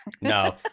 No